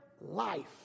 life